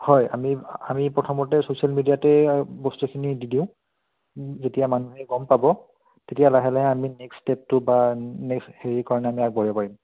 হয় আমি আমি প্ৰথমতে ছ'চিয়েল মিডিয়াতেই বস্তুখিনি দি দিওঁ যেতিয়া মানুহে গম পাব তেতিয়া লাহে লাহে আমি নেক্সট ষ্টেপটো বা নেক্সট হেৰিৰ কাৰণে আমি আগবাঢ়িব পাৰিম